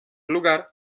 lugar